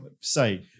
say